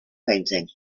painting